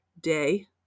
day